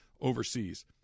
overseas –